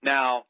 Now